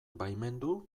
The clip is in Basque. baimendu